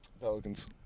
Pelicans